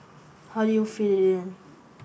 how do you fit it in